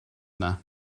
yna